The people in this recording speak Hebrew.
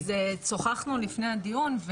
שוחחנו לפני הדיון.